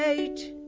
late,